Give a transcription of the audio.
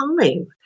time